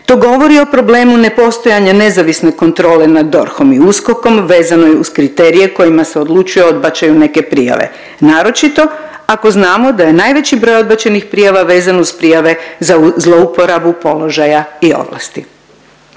To govori o problemu nepostojanja nezavisne kontrole nad DORH-om i USKOK-om vezano je uz kriterija kojima se odlučuje o odbačaju neke prijave, naročito ako znamo da je najveći broj odbačenih prijava vezan uz prijave za zlouporabu položaja i ovlasti.